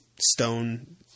stone